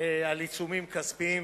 (עיצום כספי),